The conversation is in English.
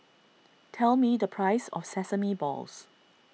tell me the price of Sesame Balls